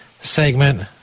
segment